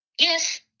yes